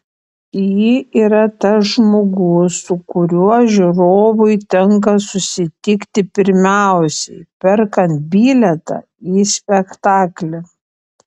ji yra tas žmogus su kuriuo žiūrovui tenka susitikti pirmiausiai perkant bilietą į spektaklį